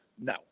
No